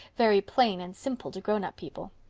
very plain and simple to grown up people.